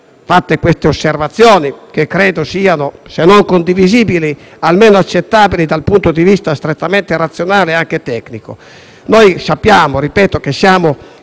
fatto queste osservazioni, che credo siano, se non condivisibili, almeno accettabili dal punto di vista strettamente razionale e tecnico.